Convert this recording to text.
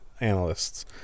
analysts